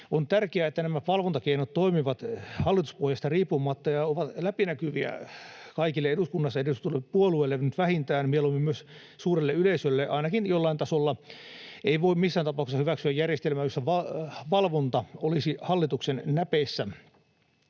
On tärkeää, että nämä valvontakeinot toimivat hallituspuolueista riippumatta ja ovat läpinäkyviä kaikille eduskunnassa ja eduskuntapuolueille nyt vähintään, mieluummin myös suurelle yleisölle ainakin jollain tasolla. Ei voi missään tapauksessa hyväksyä järjestelmää, jossa valvonta olisi hallituksen näpeissä.